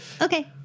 Okay